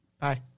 Bye